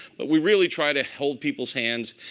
but we really try to hold people's hands.